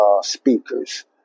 speakers